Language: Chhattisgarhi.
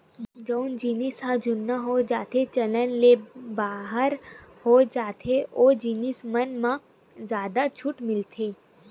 जउन जिनिस ह जुनहा हो जाथेए चलन ले बाहिर हो जाथे ओ जिनिस मन म जादा छूट मिलथे